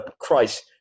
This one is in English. Christ